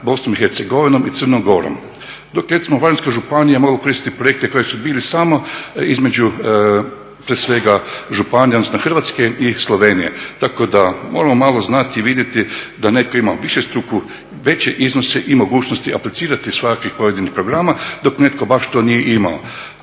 BiH i Crnom Gorom, dok je recimo Varaždinska županija mogla koristiti projekte koji su bili samo između, prije svega županije odnosno Hrvatske i Slovenije, tako da moramo malo znati i vidjeti da netko ima višestruku veće iznose i mogućnosti aplicirati svaki pojedini program dok netko baš to nije imao.